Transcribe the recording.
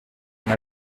una